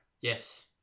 Yes